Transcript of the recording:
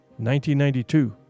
1992